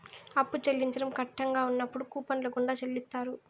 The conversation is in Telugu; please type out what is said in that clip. అప్పు చెల్లించడం కట్టంగా ఉన్నప్పుడు కూపన్ల గుండా చెల్లిత్తారు